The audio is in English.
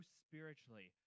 spiritually